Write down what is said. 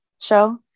show